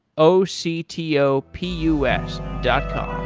o c t o p u s dot com